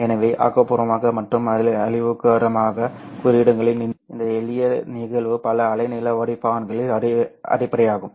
எனவே ஆக்கபூர்வமான மற்றும் அழிவுகரமான குறுக்கீடுகளின் இந்த எளிய நிகழ்வு பல அலைநீள வடிப்பான்களின் அடிப்படையாகும்